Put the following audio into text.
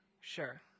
Sure